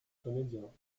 comédiens